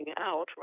out